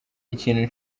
ikintu